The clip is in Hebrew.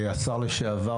נמצא כאן השר לשעבר,